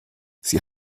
sie